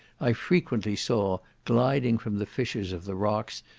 i frequently saw, gliding from the fissures of the rocks,